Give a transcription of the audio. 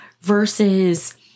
versus